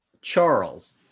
Charles